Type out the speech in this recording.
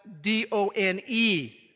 D-O-N-E